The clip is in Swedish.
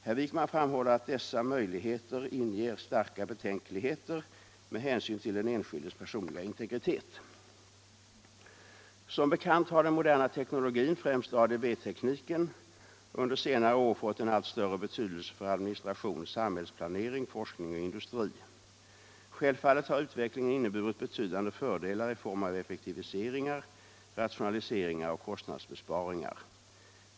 Herr Wijkman framhåller att dessa möjligheter inger starka betänkligheter med hänsyn till den enskildes personliga integritet. Som bekant har den moderna teknologin, främst ADB-tekniken, under senare år fått en allt större betydelse för administration, samhällsplanering, forskning och industri. Självfallet har utvecklingen inneburit betydande fördelar i form av effektiviseringar, rationaliseringar och kostnadsbesparingar.